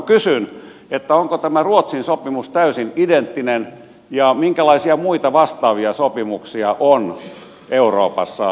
kysyn onko tämä ruotsin sopimus täysin identtinen ja minkälaisia muita vastaavia sopimuksia on euroopassa olemassa